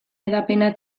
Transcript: hedapena